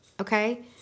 Okay